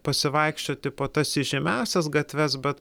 pasivaikščioti po tas įžymiąsias gatves bet